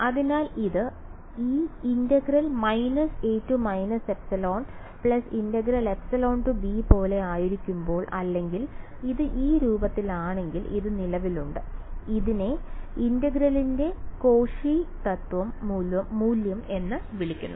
അതിനാൽ ഇത് ഈ പോലെ ആയിരിക്കുമ്പോൾ അല്ലെങ്കിൽ ഇത് ഈ രൂപത്തിലാണെങ്കിൽ ഇത് നിലവിലുണ്ട് ഇതിനെ ഇന്റഗ്രലിന്റെ കോഷി തത്വം മൂല്യം എന്ന് വിളിക്കുന്നു